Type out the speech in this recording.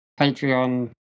Patreon